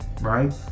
right